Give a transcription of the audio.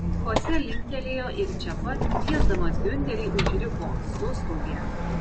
chose linktelėjo ir čia pat kviesdamas giunterį užriko sustaugė